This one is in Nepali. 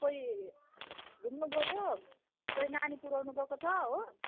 कोही घुम्नु गयो कोही नानी पुऱ्याउनु गएको छ हो